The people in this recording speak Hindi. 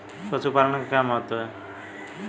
पशुपालन का क्या महत्व है?